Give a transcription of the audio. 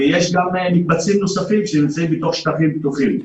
ויש גם מקבצים נוספים שנמצאים בתוך שטחים פתוחים.